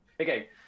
Okay